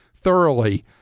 thoroughly